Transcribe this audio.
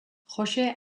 jose